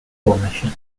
formation